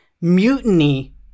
mutiny